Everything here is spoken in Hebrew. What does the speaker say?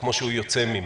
וכפי שהוא יוצא ממנה,